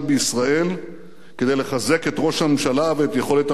כדי לחזק את ראש הממשלה ואת יכולת המשילות.